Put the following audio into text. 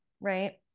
Right